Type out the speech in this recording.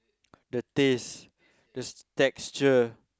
the taste the texture